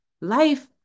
life